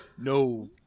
No